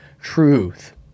truth